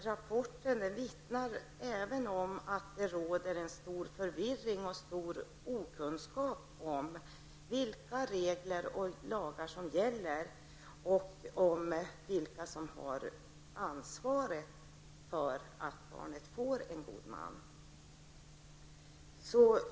Rapporten vittnar även om att det råder en stor förvirring och stor okunskap om vilka regler och lagar som gäller och om vilka som har ansvaret för att barnet får en god man.